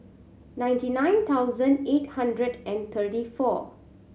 ninety nine thousand eight hundred and thirty four